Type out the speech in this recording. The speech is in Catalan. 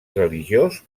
religiós